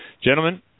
Gentlemen